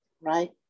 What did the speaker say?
right